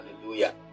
Hallelujah